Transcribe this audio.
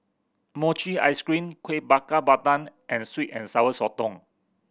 mochi ice cream Kueh Bakar Pandan and sweet and Sour Sotong